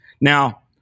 Now